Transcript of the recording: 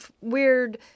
weird